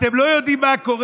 אתם לא יודעים מה קורה?